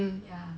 um